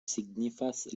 signifas